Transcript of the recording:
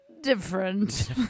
different